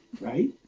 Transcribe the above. right